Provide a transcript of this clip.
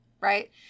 right